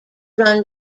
run